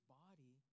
body